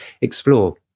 explore